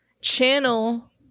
Channel